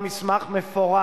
מספיק.